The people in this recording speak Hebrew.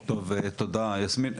טוב, תודה יסמין.